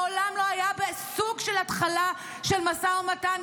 מעולם לא היה בסוג של התחלה של משא ומתן.